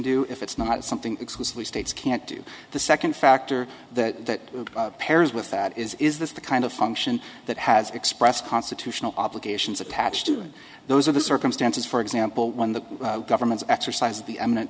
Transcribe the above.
do if it's not something explicitly states can't do the second factor that pairs with that is is this the kind of function that has expressed constitutional obligations attached to it those are the circumstances for example when the government's exercise of the eminent